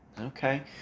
Okay